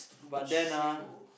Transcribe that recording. but then ah